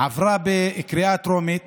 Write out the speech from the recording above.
הצעת החוק הזאת עברה בקריאה טרומית